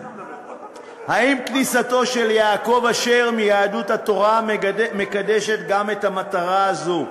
האם כניסתו של יעקב אשר מיהדות התורה מקדשת גם את המטרה הזו?